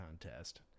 contest